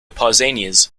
pausanias